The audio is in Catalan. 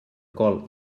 col